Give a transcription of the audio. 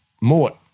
Mort